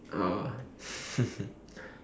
oh